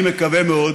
אני מקווה מאוד